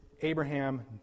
Abraham